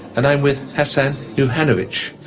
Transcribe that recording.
and i'm with hasan nohanovic,